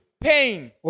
pain